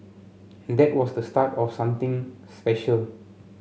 and that was the start of something special